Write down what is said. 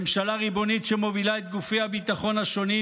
ממשלה ריבונית שמובילה את גופי הביטחון השונים,